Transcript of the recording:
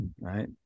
right